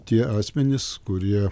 tie asmenys kurie